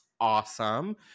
awesome